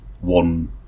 one